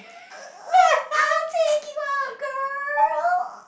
I'll take you out girl